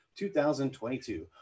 2022